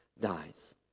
dies